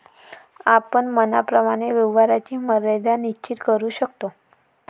आपण मनाप्रमाणे व्यवहाराची मर्यादा निश्चित करू शकतो